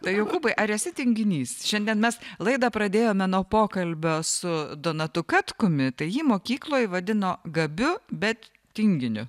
tai jokūbai ar esi tinginys šiandien mes laidą pradėjome nuo pokalbio su donatu katkumi tai jį mokykloj vadino gabiu bet tinginiu